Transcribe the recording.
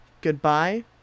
Goodbye